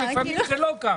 לפעמים זה לא ככה.